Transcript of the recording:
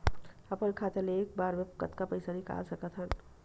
अपन खाता ले एक बार मा कतका पईसा निकाल सकत हन?